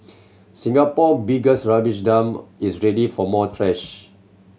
Singapore biggest rubbish dump is ready for more trash